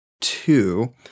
two